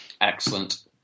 Excellent